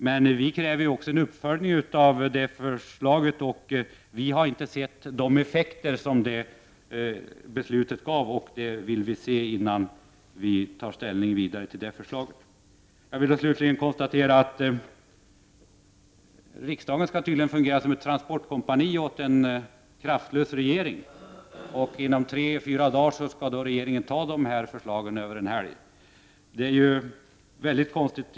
Men vi kräver också en uppföljning, och vi har inte sett de effekter som detta beslut gav; dem vill vi se innan vi tar ställning till regeringens förslag. Slutligen konstaterar jag att riksdagen tydligen skall fungera som ett transportkompani åt en kraftlös regering. Inom tre fyra dagar skall regeringen besluta om de här förslagen över en helg. Det är ju mycket konstigt.